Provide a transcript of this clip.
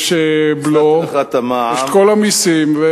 יש בלו, יש כל המסים.